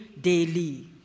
daily